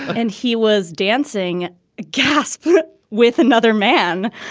and he was dancing gasp with another man.